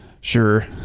sure